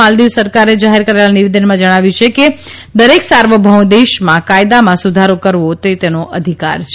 માલદીવ્યસરકારે જાહેર કરેલા નવિદનમાં જણાવ્યુંછે કે દરેક સાર્વભૌમ્દેશના કાયદામાં સુધારો કરવો એ તેનો અધકાર છે